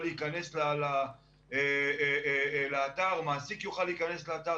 להיכנס לאתר או מעסיק יוכל להיכנס לאתר,